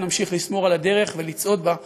אנחנו נמשיך לשמור על הדרך ולצעוד בה,